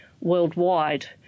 worldwide